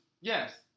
Yes